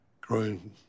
growing